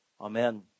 Amen